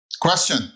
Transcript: Question